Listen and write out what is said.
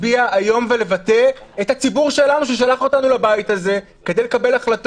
אתה מחייב אותנו ללכת לבג"ץ עכשיו להוציא לך צו